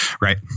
Right